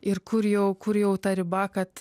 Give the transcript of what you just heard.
ir kur jau kur jau ta riba kad